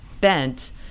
bent